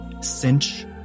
cinch